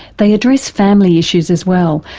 they address family issues as well,